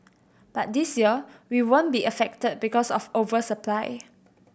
but this year we won't be affected because of over supply